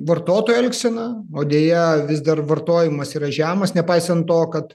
vartotojų elgseną o deja vis dar vartojimas yra žemas nepaisant to kad